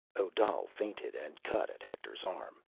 odal feinted and cut at hector's arm.